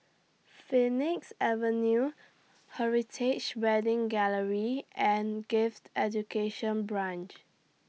Phoenix Avenue Heritage Wedding Gallery and Gifted Education Branch